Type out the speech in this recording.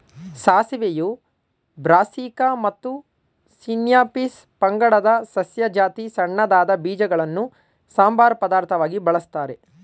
ಸಾಸಿವೆಯು Brassica ಮತ್ತು Sinapis ಪಂಗಡದ ಸಸ್ಯ ಜಾತಿ ಸಣ್ಣದಾದ ಬೀಜಗಳನ್ನು ಸಂಬಾರ ಪದಾರ್ಥವಾಗಿ ಬಳಸ್ತಾರೆ